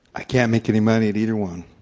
i can't make any money at either one.